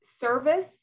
service